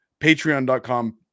patreon.com